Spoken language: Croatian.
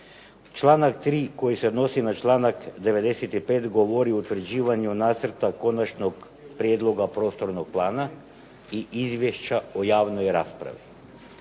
Članak 3. koji se odnosi na članak 95. govori o utvrđivanju Nacrta konačnog prijedloga prostornog plana i izvješća o javnoj raspravi.